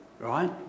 right